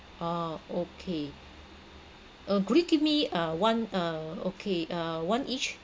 oh okay uh could you give me uh one uh okay uh one each